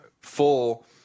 full